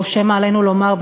או שמא עלינו לומר,